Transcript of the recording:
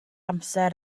amser